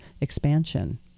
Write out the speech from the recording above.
expansion